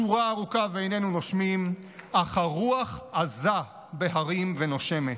שורה ארוכה ואיננו נושמים / אך הרוח עזה בהרים ונושמת".